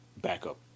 backup